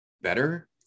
better